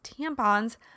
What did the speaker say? tampons